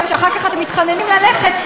ואחר כך אתם מתחננים ללכת,